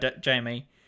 Jamie